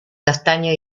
castaño